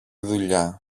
δουλειά